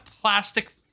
plastic